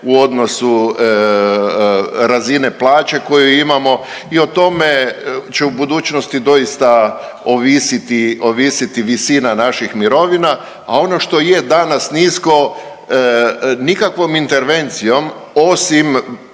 u odnosu razine plaće koju imamo i o tome će u budućnosti doista ovisiti, ovisiti visina naših mirovina, a ono što je danas nisko nikakvom intervencijom osim